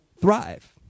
thrive